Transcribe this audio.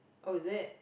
oh is it